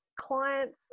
clients